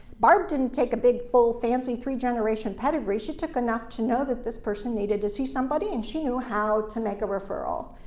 barb didn't take a big, full, fancy three-generation pedigree. she took enough to know that this person needed to see somebody, and she knew how to make a referral.